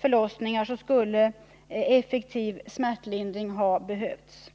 förlossningar skulle effektiv smärtlindring ha behövts.